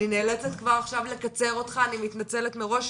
אני נאלצת כבר עכשיו לקצר אותך אני מתנצלת מראש,